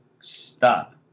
stop